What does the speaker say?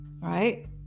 Right